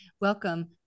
Welcome